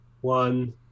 one